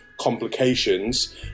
complications